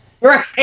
Right